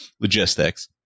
logistics